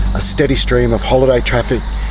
a steady stream of holiday traffic,